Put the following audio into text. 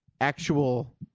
actual